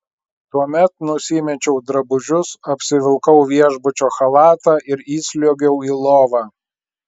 tuomet nusimečiau drabužius apsivilkau viešbučio chalatą ir įsliuogiau į lovą